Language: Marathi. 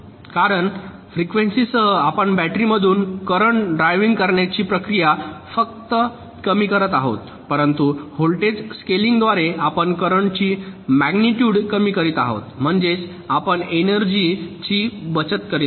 कारण फ्रिकवेंसी सह आपण बॅटरीमधून करंट ड्रायविंग करण्याची प्रक्रिया फक्त कमी करत आहात परंतु व्होल्टेज स्केलिंगद्वारे आपण कॅरेन्टची मॅग्नीटूड कमी करीत आहात म्हणजेच आपण एनर्जी ची बचत करत आहात